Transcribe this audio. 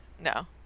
No